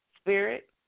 Spirit